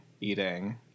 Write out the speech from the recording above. eating